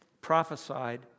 prophesied